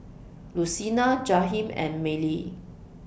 Lucina Jaheem and Mylie